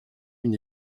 une